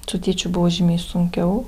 su tėčiu buvo žymiai sunkiau